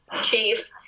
chief